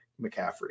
McCaffrey